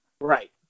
Right